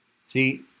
See